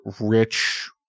rich